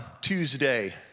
Tuesday